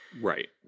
Right